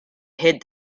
hid